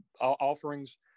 offerings